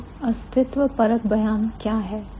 तो existential statement अस्तित्वपरक बयान क्या है